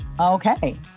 Okay